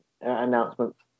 announcements